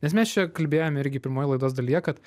nes mes čia kalbėjom irgi pirmoj laidos dalyje kad